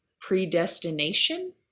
predestination